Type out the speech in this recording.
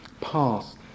past